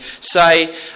say